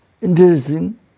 interesting